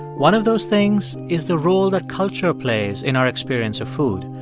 one of those things is the role that culture plays in our experience of food.